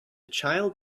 child